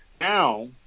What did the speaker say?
Now